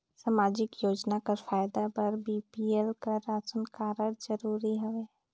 समाजिक योजना कर फायदा बर बी.पी.एल कर राशन कारड जरूरी हवे?